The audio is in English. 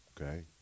okay